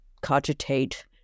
cogitate